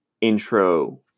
intro